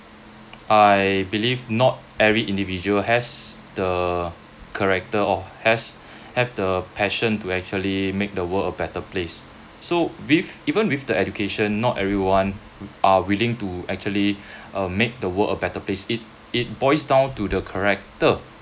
I believe not every individual has the character or has have the passion to actually make the world a better place so with even with the education not everyone are willing to actually um make the world a better place it it boils down to the character